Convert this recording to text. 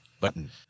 button